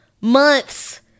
months